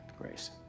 Grace